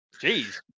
Jeez